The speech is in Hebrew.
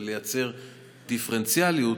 ולייצר דיפרנציאליות,